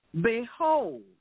Behold